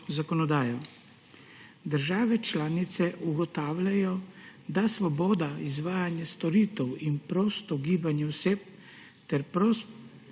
zakonodajo. Države članice ugotavljajo, da svoboda izvajanja storitev in prosto gibanje oseb ter prosti